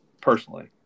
personally